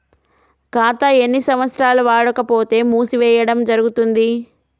ఖాతా ఎన్ని సంవత్సరాలు వాడకపోతే మూసివేయడం జరుగుతుంది?